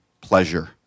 pleasure